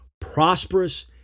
prosperous